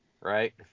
right